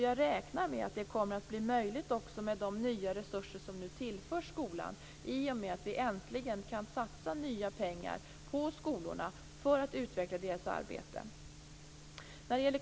Jag räknar också med att det kommer att bli möjligt med de nya resurser som nu tillförs skolan, i och med att vi äntligen kan satsa nya pengar på skolorna i syfte att utveckla deras arbete.